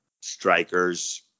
Strikers